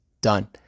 done